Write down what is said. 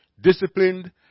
disciplined